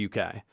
UK